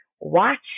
watch